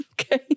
Okay